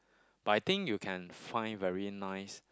but I think you can find very nice